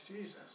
Jesus